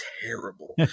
terrible